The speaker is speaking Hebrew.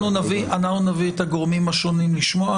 אנחנו נביא את הגורמים השונים לשמוע,